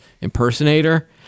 impersonator